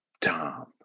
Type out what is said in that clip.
Tom